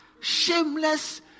shameless